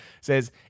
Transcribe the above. says